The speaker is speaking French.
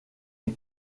est